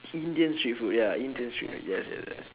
indian street food ya indian street food yes yes yes